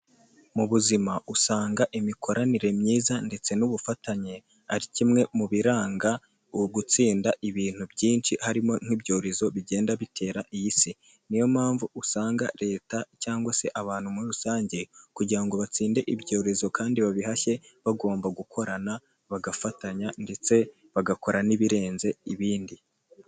Mu buzima usanga imikoranire myiza ndetse n'ubufatanye; ari kimwe mu biranga ugutsinda ibintu byinshi harimo nk'ibyorezo bigenda bitera iyi si; niyo mpamvu usanga leta cyangwa se abantu muri rusange; kugira ngo batsinde ibyorezo kandi babihashye; bagomba gukorana, bagafatanya ndetse bagakora n'ibirenze ibindi.